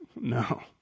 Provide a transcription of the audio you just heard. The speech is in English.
No